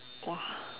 !wah!